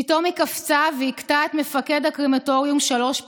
פתאום היא קפצה והכתה את מפקד הקרמטוריום שלוש פעמים.